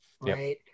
Right